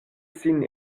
sin